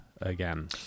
again